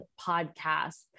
podcasts